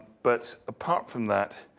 but apart from that,